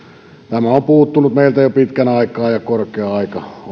tämä on puuttunut meiltä jo pitkän aikaa ja korkea aika on saada se käyttöön